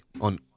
on